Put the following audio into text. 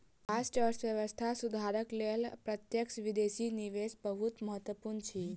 राष्ट्रक अर्थव्यवस्था सुधारक लेल प्रत्यक्ष विदेशी निवेश बहुत महत्वपूर्ण अछि